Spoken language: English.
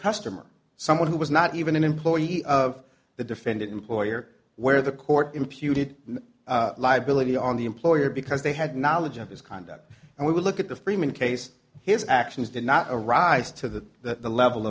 customer someone who was not even an employee of the defendant employer where the court imputed liability on the employer because they had knowledge of his conduct and we would look at the freeman case his actions did not arise to the level